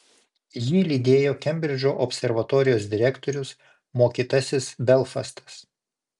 jį lydėjo kembridžo observatorijos direktorius mokytasis belfastas